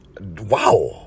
Wow